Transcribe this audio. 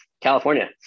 California